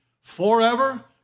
forever